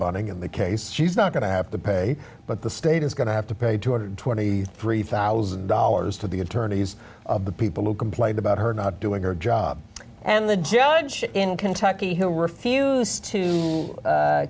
bonding in the case she's not going to have to pay but the state is going to have to pay two hundred and twenty three thousand dollars to the attorneys the people who complained about her not doing her job and the judge in kentucky who refused to